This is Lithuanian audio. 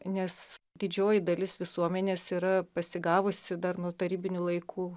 nes didžioji dalis visuomenės yra pasigavusi dar nuo tarybinių laikų